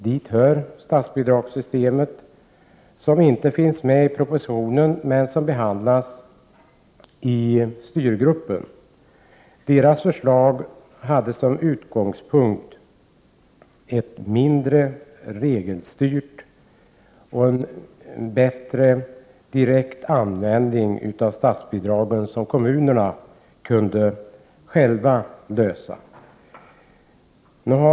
Dit hör statsbidragssystemet, som inte finns med i propositionen men som behandlades av styrgruppen. Dess förslag hade som utgångspunkt en mindre regelstyrd och mera direkt användning av statsbidragen som kommunerna själva skulle kunna handha.